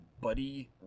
buddy